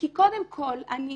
כי קודם כול, אני